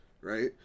right